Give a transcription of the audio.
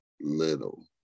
little